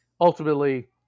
ultimately